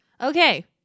Okay